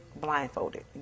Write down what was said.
blindfolded